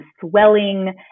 swelling